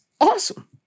awesome